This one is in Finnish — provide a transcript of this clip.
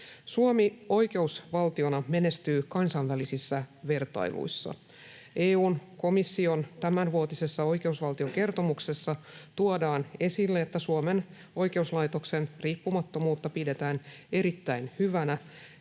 Suomi oikeusvaltiona menestyy kansainvälisissä vertailuissa: EU:n komission tämänvuotisessa oikeusvaltiokertomuksessa tuodaan esille, että Suomen oikeuslaitoksen riippumattomuutta pidetään erittäin hyvänä